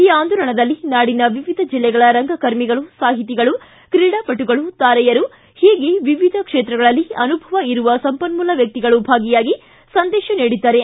ಈ ಆಂದೋಲನದಲ್ಲಿ ನಾಡಿನ ವಿವಿಧ ಜಿಲ್ಲೆಗಳ ರಂಗಕರ್ಮಿಗಳು ಸಾಹಿತಿಗಳು ಕ್ರೀಡಾಪಟುಗಳು ತಾರೆಯರು ಒೀಗೆ ವಿವಿಧ ಕ್ಷೇತ್ರಗಳಲ್ಲಿ ಅನುಭವ ಇರುವ ಸಂಪನ್ಮೂಲ ವ್ವಕ್ತಿಗಳು ಭಾಗಿಯಾಗಿ ಸಂದೇಶ ನೀಡಿದ್ದಾರೆ